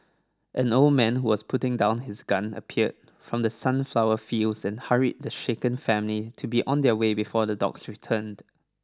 an old man who was putting down his gun appeared from the sunflower fields and hurried the shaken family to be on their way before the dogs returned